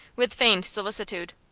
with feigned solicitude.